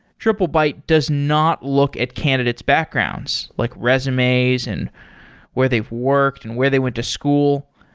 triplebyte does not look at candidate's backgrounds, like resumes and where they've worked and where they went to school.